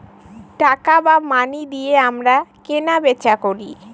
টাকা বা মানি দিয়ে আমরা কেনা বেচা করি